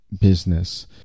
business